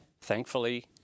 Thankfully